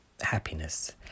happiness